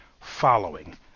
following